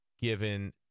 given